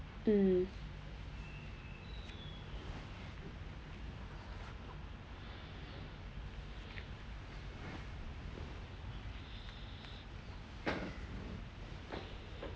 mm